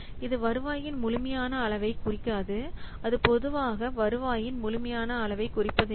இது வருவாயின் முழுமையான அளவைக் குறிக்காது அது பொதுவாக வருவாயின் முழுமையான அளவைக் குறிக்காது